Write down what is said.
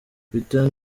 peter